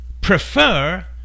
prefer